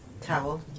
towel